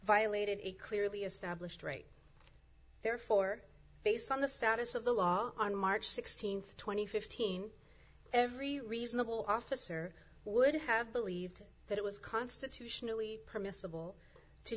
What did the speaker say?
violated a clearly established rate therefore based on the status of the law on march sixteenth two thousand and fifteen every reasonable officer would have believed that it was constitutionally permissible to